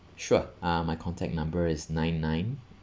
sure uh my contact number is nine nine